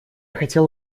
хотела